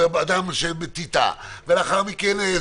אדם שטאטא ברחוב.